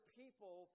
people